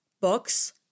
books